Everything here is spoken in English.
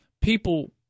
people